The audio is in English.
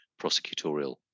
prosecutorial